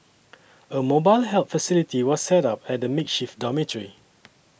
a mobile help facility was set up at the makeshift dormitory